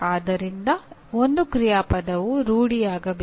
ಆದ್ದರಿಂದ ಒಂದು ಕ್ರಿಯಾಪದವು ರೂಡಿಯಾಗಬೇಕು